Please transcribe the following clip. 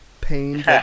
pain